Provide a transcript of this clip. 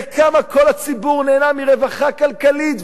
וכמה כל הציבור נהנה מרווחה כלכלית.